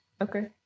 Okay